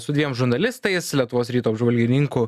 su dviem žurnalistais lietuvos ryto apžvalgininku